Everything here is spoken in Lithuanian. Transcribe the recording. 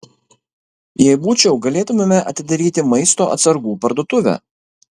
jei būčiau galėtumėme atidaryti maisto atsargų parduotuvę